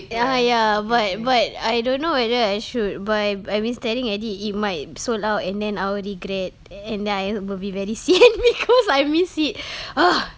ya ya but but I don't know whether I should buy I've been staring at it it might sold out and then I will regret and then I will be very sian because I miss it ugh